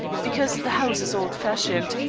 because the house is old-fashioned,